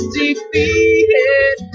defeated